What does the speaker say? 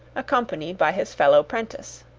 accompanied by his fellow-'prentice.